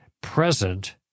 present